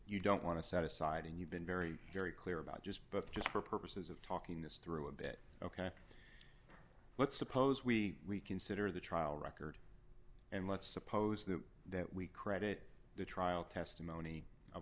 you don't want to set aside and you've been very very clear about just but just for purposes of talking this through a bit ok let's suppose we we consider the trial record and let's suppose that we credit the trial testimony of